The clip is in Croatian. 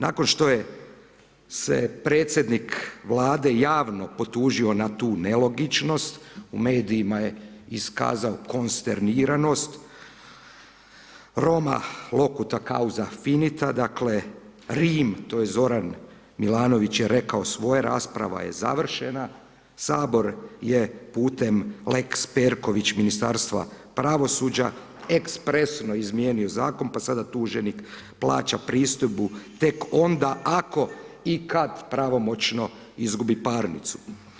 Nakon što je se predsjednik Vlade javno potužio na tu nelogičnost, u medijima je iskazan konsterniranost Roma lokota kauza finita, dakle, Rim, to je Zoran Milaonvić je rekao svoje, rasprava je završena, Sabor je putem lex Perković Ministarstva pravosuđa ekspresno izmijenio zakon, pa sada tuženik plaća pristojbu tek onda ako i kada pravomoćno izgubi parnicu.